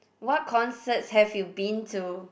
what concerts have you been to